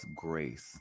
grace